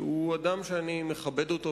הוא אדם שאני מכבד מאוד.